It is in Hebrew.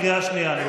קריאה שנייה.